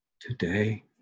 today